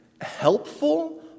helpful